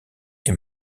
est